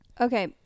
Okay